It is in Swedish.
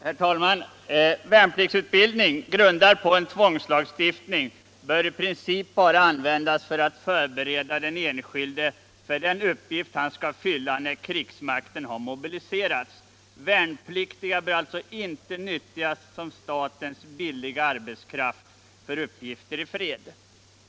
Herr talman! Värnpliktsutbildning grundad på en tvångslagstiftning bör i princip endast användas för att förbereda den enskilde för den uppgift han skall fylla när försvarsmakten har mobiliserats. Värnpliktiga bör alltså inte nyttjas som statens billiga arbetskrafi för uppgifter i fred.